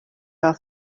fel